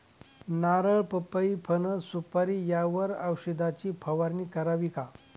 नारळ, पपई, फणस, सुपारी यावर औषधाची फवारणी करावी का?